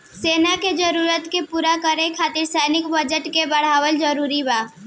सेना के जरूरत के पूरा करे खातिर सैन्य बजट के बढ़ावल जरूरी बा